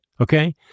okay